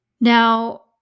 Now